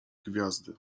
gwiazdy